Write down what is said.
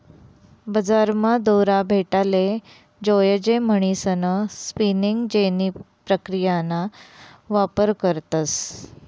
बजारमा दोरा भेटाले जोयजे म्हणीसन स्पिनिंग जेनी प्रक्रियाना वापर करतस